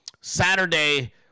Saturday